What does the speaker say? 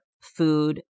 food